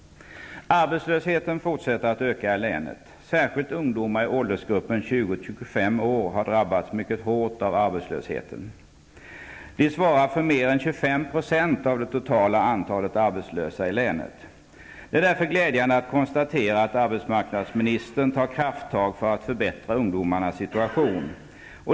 Arbetslösheten fortsätter att öka i länet. Särskilt ungdomar i åldersgruppen 20--25 år har drabbats mycket hårt av arbetslösheten. De svarar för mer än 25 % av det totala antalet arbetslösa i länet. Det är därför glädjande att konstatera att arbetsmarknadsministern tar krafttag för att förbättra ungdomarnas situation.